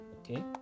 okay